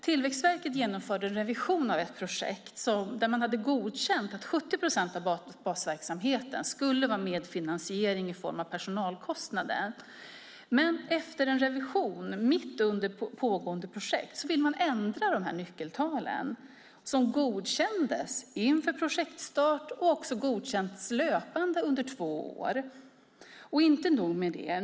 Tillväxtverket genomförde en revision av ett projekt där man hade godkänt att 70 procent av basverksamheten skulle vara medfinansiering i form av personalkostnader. Efter en revision, mitt under pågående projekt, ville man ändra nyckeltalen som godkänts inför projektstarten och sedan godkänts löpande under två år. Inte nog med det.